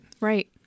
Right